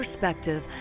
perspective